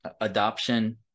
adoption